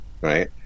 right